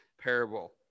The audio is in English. parable